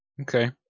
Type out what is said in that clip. Okay